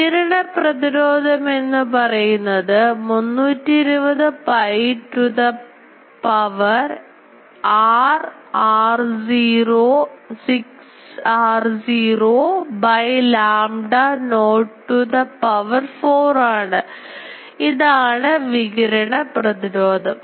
വികിരണ പ്രതിരോധം എന്നു പറയുന്നത് 320 pi to the power 6 r0 by lambda not to the power 4 ആണു ഇതാണ് വികിരണ പ്രതിരോധം